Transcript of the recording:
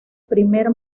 primer